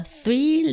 three